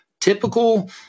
Typical